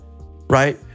right